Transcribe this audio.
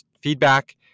feedback